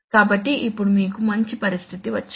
కాబట్టి ఇప్పుడు మీకు మంచి పరిస్థితి వచ్చింది